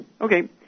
okay